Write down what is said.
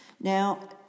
Now